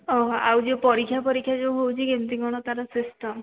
ଓହୋ ଆଉ ଯେଉଁ ପରୀକ୍ଷା ଫରୀକ୍ଷା ଯେଉଁ ହେଉଛି କେମିତି କ'ଣ ତା'ର ସିଷ୍ଟମ୍